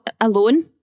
alone